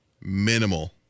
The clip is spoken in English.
minimal